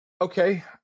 Okay